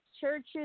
Churches